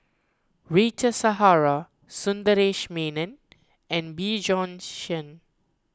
Rita Zahara Sundaresh Menon and Bjorn Shen